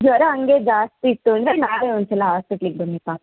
ಜ್ವರ ಹಂಗೇ ಜಾಸ್ತಿ ಇತ್ತು ಅಂದರೆ ನಾಳೆ ಒಂದು ಸಲ ಹಾಸ್ಪಿಟ್ಲಿಗೆ ಬನ್ನಿ ಪಾ